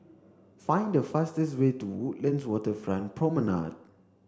find the fastest way to Woodlands Waterfront Promenade